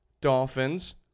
Dolphins